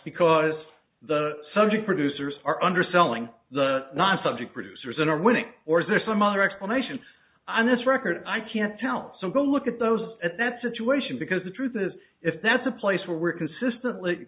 because the subject producers are underselling the non subject producers and are winning or is there some other explanation on this record i can't tell so go look at those at that situation because the truth is if that's a place where we're consistently